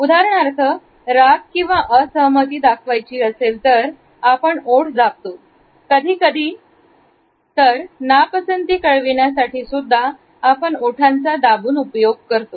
उदाहरणार्थ राग किंवा असहमती दाखवायची असेल तर आपण ओठ दाबतो कधी कधी तर नापसंती कळविण्यासाठी सुद्धा आपण ओठांचा दाबून उपयोग करतो